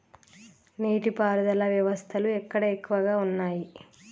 నీటి పారుదల వ్యవస్థలు ఎక్కడ ఎక్కువగా ఉన్నాయి?